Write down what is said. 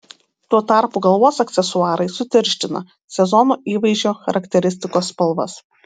tuo tarpu galvos aksesuarai sutirština sezono įvaizdžio charakteristikos spalvas